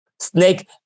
Snake